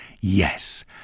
Yes